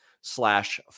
slash